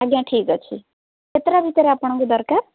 ଆଜ୍ଞା ଠିକ୍ ଅଛି କେତେଟା ଭିତରେ ଆପଣଙ୍କୁ ଦରକାର